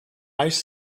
ice